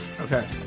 Okay